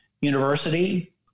University